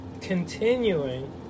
continuing